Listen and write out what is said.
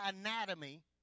anatomy